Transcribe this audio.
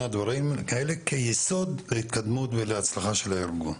הדברים האלה כיסוד להתקדמות ולהצלחה של הארגון.